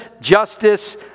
justice